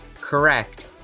correct